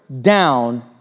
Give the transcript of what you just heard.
down